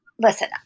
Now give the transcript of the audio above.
listen